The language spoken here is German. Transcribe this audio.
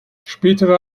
spätere